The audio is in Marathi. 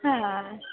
हां